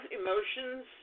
emotions